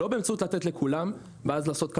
לא באמצעות לתת לכולם ואז לעשות כלכלה,